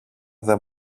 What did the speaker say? δεν